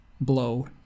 blow